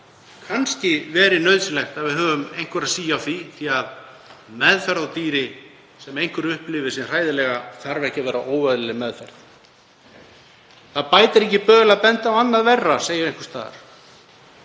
Kannski getur verið nauðsynlegt að við höfum einhverja síu á því af því að meðferð á dýri sem einhver upplifir sem hræðilega þarf ekki að vera óeðlileg meðferð. Það bætir ekki böl að benda á annað verra, segir einhvers staðar.